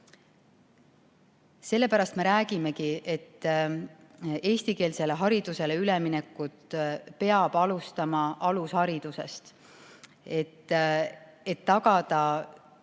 Sellepärast me räägimegi, et eestikeelsele haridusele üleminekut peab alustama alusharidusest, et tagada